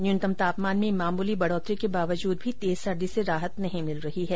न्यूनतम तापमान में मामूली बढोतरी के बावजूद भी तेज सर्दी से राहत नहीं मिल रही है